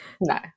No